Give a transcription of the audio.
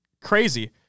crazy